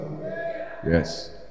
Yes